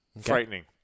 Frightening